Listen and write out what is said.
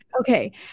okay